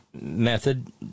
method